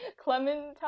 Clementine